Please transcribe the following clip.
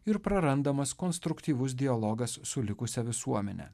ir prarandamas konstruktyvus dialogas su likusia visuomene